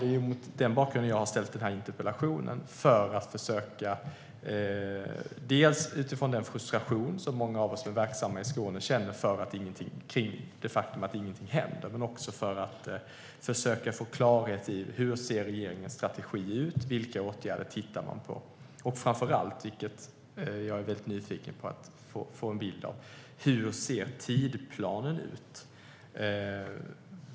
Det är mot den bakgrunden jag har ställt interpellationen, dels utifrån den frustration som många av oss som verkar i Skåne känner inför att ingenting händer, dels för att försöka få klarhet i hur regeringens strategi ser ut och vilka åtgärder som regeringen tittar på. Jag är nyfiken på att få en bild av hur tidsplanen ser ut.